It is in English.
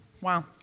Wow